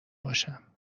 باشم